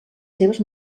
seves